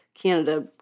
Canada